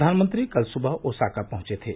प्रधानमंत्री कल सुबह ओसाका पहुंचे थे